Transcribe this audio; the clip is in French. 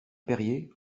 perier